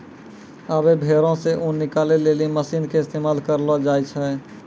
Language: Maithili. आबै भेड़ो से ऊन निकालै लेली मशीन के इस्तेमाल करलो जाय छै